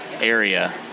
area